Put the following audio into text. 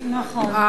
אילן גילאון,